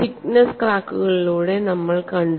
thickness ക്രാക്കുകളിലൂടെ നമ്മൾ കണ്ടു